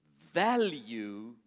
value